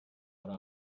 ari